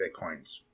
bitcoins